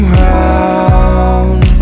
round